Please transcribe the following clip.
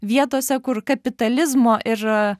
vietose kur kapitalizmo ir